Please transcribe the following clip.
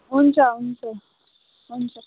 हुन्छ हुन्छ हुन्छ